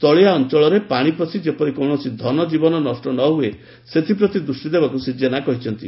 ତଳିଆ ଅଞ୍ଞଳରେ ପାଶି ପଶି ଯେପରି କୌଣସି ଧନ ଜୀବନ ନଷ ନ ହୁଏ ସେଥିପ୍ରତି ଦୃଷ୍ଟି ଦେବାକୁ ଶ୍ରୀ ଜେନା କହିଛନ୍ତି